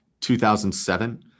2007